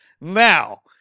Now